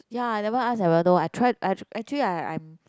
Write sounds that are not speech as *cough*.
ya I never ask I won't know I tried *noise* actually I I'm